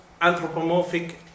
anthropomorphic